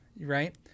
right